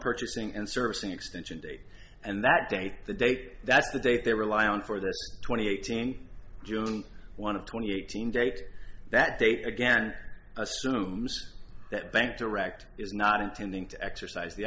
purchasing and servicing extension date and that date the date that's the date they rely on for the twenty eighteen june one of twenty eighteen date that date again assumes that bank direct is not intending to exercise the